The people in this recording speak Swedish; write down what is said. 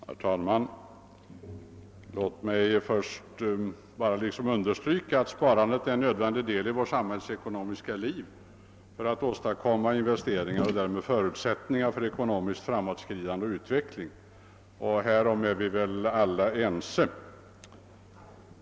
Herr talman! Låt mig först bara understryka att sparandet är en nödvändig del i vårt samhällsekonomiska liv för att åstadkomma investeringar och därmed förutsättningar för ekonomiskt framåtskridande och utveckling. Härom är vi väl alla ense.